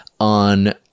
on